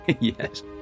Yes